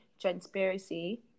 transparency